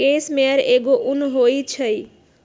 case मेयर एगो उन होई छई